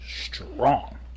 strong